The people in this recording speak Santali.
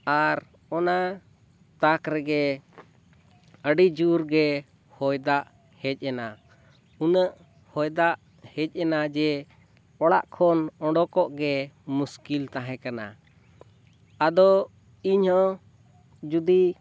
ᱟᱨ ᱚᱱᱟ ᱛᱟᱠ ᱨᱮᱜᱮ ᱟᱹᱰᱤ ᱡᱳᱨ ᱜᱮ ᱦᱚᱭ ᱫᱟᱜ ᱦᱮᱡ ᱮᱱᱟ ᱩᱱᱟᱹᱜ ᱦᱚᱭ ᱫᱟᱜ ᱦᱮᱡ ᱮᱱᱟ ᱡᱮ ᱚᱲᱟᱜ ᱠᱷᱚᱱ ᱚᱰᱚᱠᱚᱜ ᱜᱮ ᱢᱩᱥᱠᱤᱞ ᱛᱟᱦᱮᱸ ᱠᱟᱱᱟ ᱟᱫᱚ ᱤᱧ ᱦᱚᱸ ᱡᱩᱫᱤ